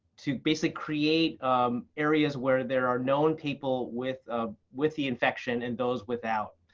to basically create areas where there are known people with ah with the infection and those without.